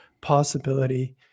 possibility